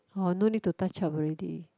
or no need to touch up already